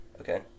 Okay